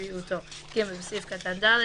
"לבריאות נפשו" בא "לבריאותו"; (ג)בסעיף קטן (ד),